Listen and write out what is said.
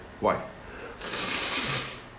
wife